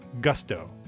Gusto